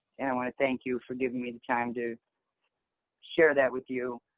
and i want to thank you for giving me and time to share that with you.